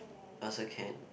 also can